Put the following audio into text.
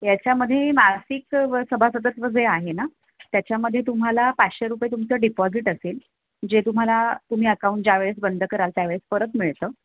याच्यामध्ये मासिक व सभासदत्व जे आहे ना त्याच्यामध्ये तुम्हाला पाचशे रुपये तुमचं डिपॉजिट असेल जे तुम्हाला तुम्ही अकाऊंट ज्यावेळेस बंद कराल त्यावेळेस परत मिळतं